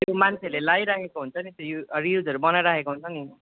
त्यो मान्छेहरूले लगाइराखेको हुन्छ नि रिल्सहरू बनाइराखेको हुन्छ नि